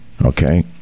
Okay